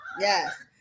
yes